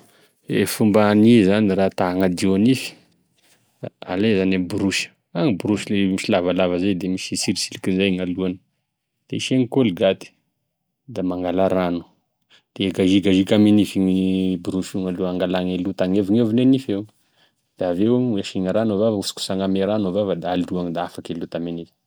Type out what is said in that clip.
E fomba hania zany raha ta hagnadio nify da alay zagne borosy, any le borosy le borosy lavalava zay da misy tsilitsilikiny zay alohany da isegny koligaty da mangala rano da hagazigaziky ame nify igny borosy igny aloha angalagny e loto agnevignevigne nify io da avy eo isegny rano e vava hosokosagny ame rano e vava da aloa da afaky e loto.